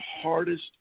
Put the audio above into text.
hardest